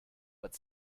but